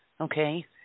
Okay